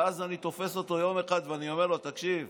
ואז אני תופס אותו יום אחד ואני אומר לו, תקשיב,